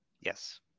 yes